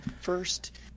first